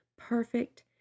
perfect